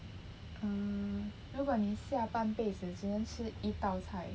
mm 如果你下半辈子只能吃一道菜